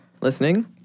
listening